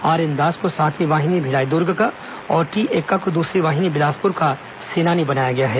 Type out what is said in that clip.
RN Das को सातवीं वाहनी भिलाई दुर्ग का और टी एक्का को दूसरी वाहिनी बिलासपुर का सेनानी बनाया गया है